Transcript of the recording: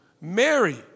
Mary